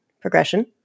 progression